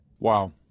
wow